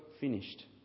finished